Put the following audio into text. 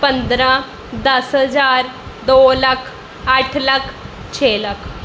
ਪੰਦਰ੍ਹਾਂ ਦਸ ਹਜ਼ਾਰ ਦੋ ਲੱਖ ਅੱਠ ਲੱਖ ਛੇ ਲੱਖ